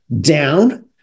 down